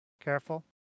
Careful